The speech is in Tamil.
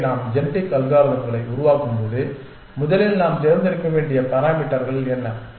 எனவே நாம் ஜெனடிக் அல்காரிதம்களை உருவாக்கும்போது முதலில் நாம் தேர்ந்தெடுக்க வேண்டிய பாராமீட்டர்கள் என்ன